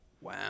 wow